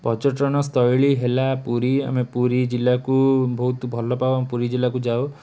ପର୍ଯ୍ୟଟନ ସ୍ଥଳୀ ହେଲା ପୁରୀ ଆମେ ପୁରୀ ଜିଲ୍ଲାକୁ ବହୁତ ଭଲପାଉ ଆମେ ପୁରୀ ଜିଲ୍ଲାକୁ ଯାଉ